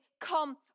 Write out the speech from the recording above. come